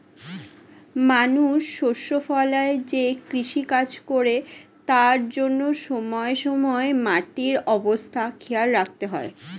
মানুষ শস্য ফলায় যে কৃষিকাজ করে তার জন্যে সময়ে সময়ে মাটির অবস্থা খেয়াল রাখতে হয়